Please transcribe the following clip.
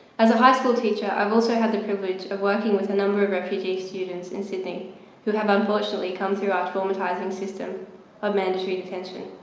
as a highschool teacher i've also had the privilege of working with a number of refugee students in sydney who have unfortunately come through our traumatising system of mandatory detention.